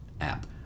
app